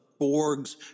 Borgs